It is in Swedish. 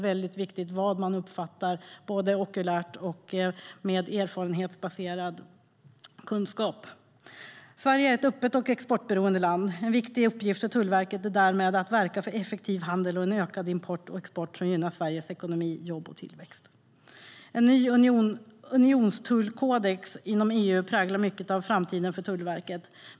Vad man uppfattar både okulärt och med erfarenhetsbaserad kunskap är väldigt viktigt. Sverige är ett öppet och exportberoende land. En viktig uppgift för Tullverket är därmed att verka för effektiv handel och ökad import och export som gynnar Sveriges ekonomi, jobb och tillväxt. En ny unionstullkodex inom EU präglar mycket av framtiden för Tullverket.